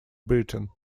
britain